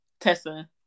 Tessa